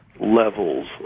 levels